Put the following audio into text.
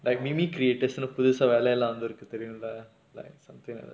like meme creaters ன்னு புதுசா வேலைலா வந்திருக்கு தெரியுல:nnu puthusaa velailaa vanthirukku theriyula something well